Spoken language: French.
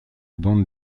bande